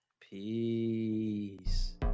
Peace